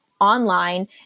Online